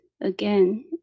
Again